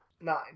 Nine